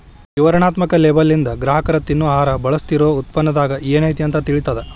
ವಿವರಣಾತ್ಮಕ ಲೇಬಲ್ಲಿಂದ ಗ್ರಾಹಕರ ತಿನ್ನೊ ಆಹಾರ ಬಳಸ್ತಿರೋ ಉತ್ಪನ್ನದಾಗ ಏನೈತಿ ಅಂತ ತಿಳಿತದ